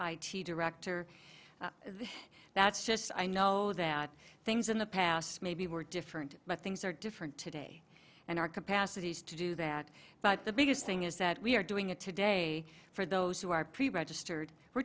t director that's just i know that things in the past maybe were different but things are different today and our capacities to do that but the biggest thing is that we are doing it today for those who are preregistered we're